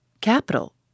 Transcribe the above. Capital